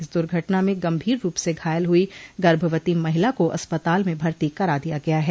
इस दूर्घटना में गम्भीर रूप से घायल हुई गर्भवती महिला को अस्पताल में भर्ती करा दिया गया है